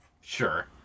Sure